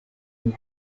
ngo